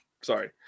Sorry